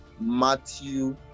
Matthew